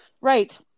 Right